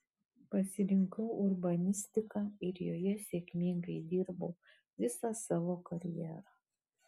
pasirinkau urbanistiką ir joje sėkmingai dirbau visą savo karjerą